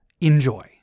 Enjoy